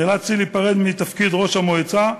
נאלצתי להיפרד מתפקיד ראש המועצה,